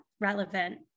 relevant